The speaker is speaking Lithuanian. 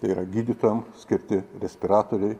tai yra gydytojam skirti respiratoriai